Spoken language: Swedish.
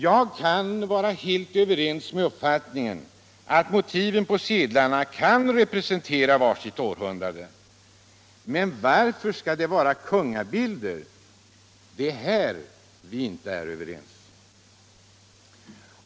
Jag kan helt instämma i uppfattningen att motiven på sedlarna kan representera var sitt århundrade. Men varför skall det vara kungabilder? Det är här vi inte är överens.